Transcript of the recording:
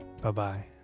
Bye-bye